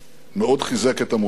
מאוד חיזק את המוזיאון,